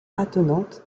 attenante